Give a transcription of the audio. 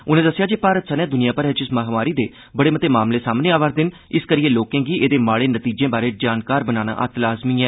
उनें दस्सेआ जे भारत सने दुनिया भरै च इस महामारी दे बड़े मते मामले सामने आवै'रदे न इसकरियै लोकें गी एहदे माड़े नतीजें बारै जागरूक बनाना अत्त लाज़मी ऐ